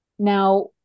Now